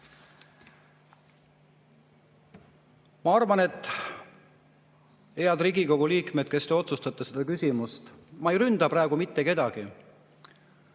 on lubamatu. Head Riigikogu liikmed, kes te otsustate seda küsimust! Ma ei ründa praegu mitte kedagi.